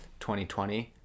2020